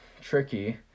tricky